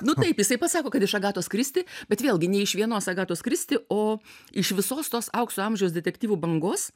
nu taip jisai pats sako kad iš agatos kristi bet vėlgi ne iš vienos agatos kristi o iš visos tos aukso amžiaus detektyvų bangos